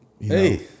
Hey